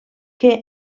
que